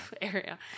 area